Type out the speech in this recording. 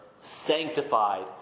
sanctified